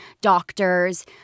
doctors